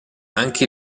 anche